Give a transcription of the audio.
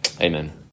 amen